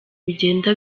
bigenda